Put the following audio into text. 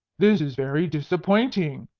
this is very disappointing,